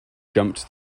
jumped